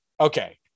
okay